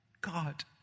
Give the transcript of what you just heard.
God